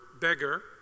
beggar